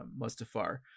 Mustafar